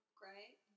great